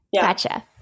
Gotcha